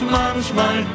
manchmal